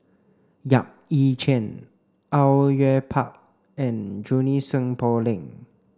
Yap Ee Chian Au Yue Pak and Junie Sng Poh Leng